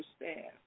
understand